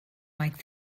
like